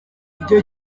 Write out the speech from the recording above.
icyo